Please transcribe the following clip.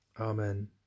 Amen